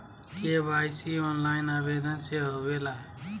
KYC online आवेदन से होवे ला?